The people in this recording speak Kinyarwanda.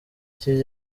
cye